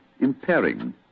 impairing